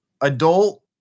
adult